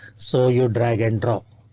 so you drag and drop.